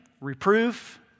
reproof